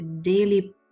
daily